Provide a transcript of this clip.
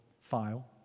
file